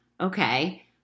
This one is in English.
okay